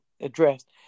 addressed